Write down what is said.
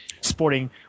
sporting